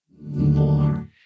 more